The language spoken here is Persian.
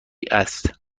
است